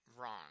wrong